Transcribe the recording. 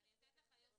להנחות.